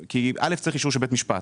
כי א', צריך אישור של בית משפט.